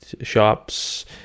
shops